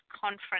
Conference